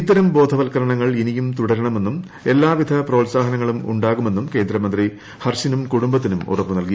ഇത്തരം ബോധവൽക്കരണങ്ങൾ ഇനിയും തുടരണമെന്നും എല്ലാവിധ പ്രോത്സാഹനങ്ങളും ഉണ്ടാകുമെന്നും കേന്ദ്രമന്ത്രി ഹർഷിനും കുടുംബത്തിനും ഉറപ്പുനൽകി